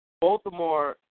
Baltimore